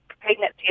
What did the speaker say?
pregnancy